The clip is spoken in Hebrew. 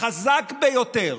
החזק ביותר